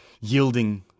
yielding